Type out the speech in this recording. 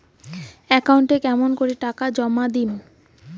একাউন্টে কেমন করি টাকা জমা দিম?